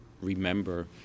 remember